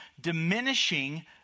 diminishing